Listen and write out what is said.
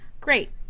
great